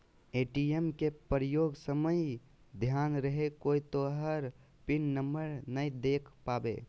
ATM के प्रयोग समय ध्यान रहे कोय तोहर पिन नंबर नै देख पावे